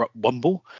wumble